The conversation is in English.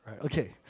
Okay